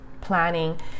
planning